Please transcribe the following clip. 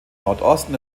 nordosten